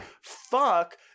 fuck